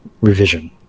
revision